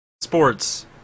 sports